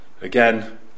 again